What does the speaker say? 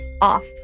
off